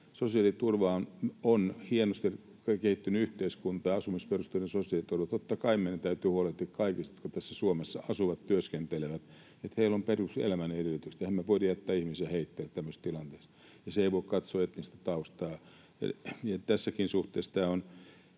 Sosiaaliturvahan on hienosti kehittynyt yhteiskuntaan, asumisperusteinen sosiaaliturva. Totta kai meidän täytyy huolehtia kaikista, jotka Suomessa asuvat, työskentelevät, että heillä on peruselämän edellytykset. Emmehän me voi jättää ihmisiä heitteille tämmöisessä tilanteessa, ja se ei voi katsoa etnistä taustaa. Tässäkin suhteesta tämä on